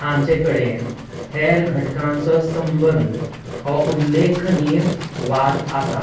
हांचे कडेन हेर घटकांचो संबंद हो उल्लेखनीय वाद आसा